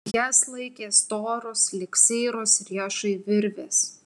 jas laikė storos lyg seiros riešai virvės